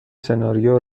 سناریو